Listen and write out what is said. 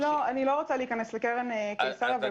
אני לא רוצה להיכנס לקרן קיסריה.